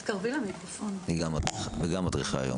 וגם מדריכה היום.